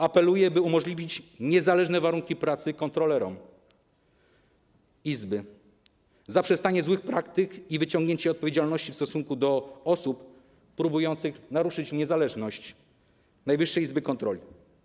Apeluję, by umożliwić stworzenie niezależnych warunków pracy kontrolerom izby oraz o zaprzestanie złych praktyk i wyciągnięcie odpowiedzialności w stosunku do osób próbujących naruszyć niezależność Najwyższej Izby Kontroli.